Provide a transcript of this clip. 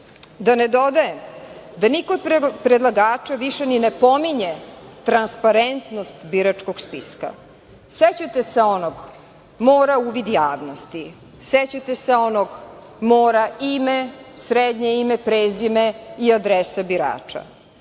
ne dodajem da niko od predlagača više ni ne pominje transparentnost biračkog spiska. Sećate se onog, mora uvid javnosti, sećate se onog mora ime, srednje ime, prezime i adresa birača,